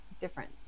different